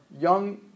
young